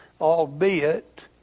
Albeit